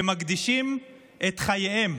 שמקדישים את חייהם